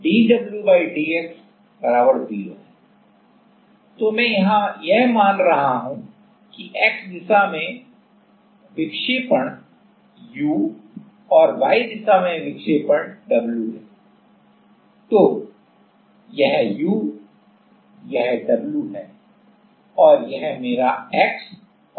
तो मैं यहाँ यह मान रहा हूँ कि x दिशा में विक्षेपण u और y दिशा में विक्षेपण w है तो यह u यह w है और यह मेरा x और y है